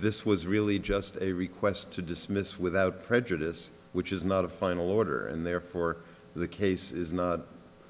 this was really just a request to dismiss without prejudice which is not a final order and therefore the case